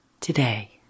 today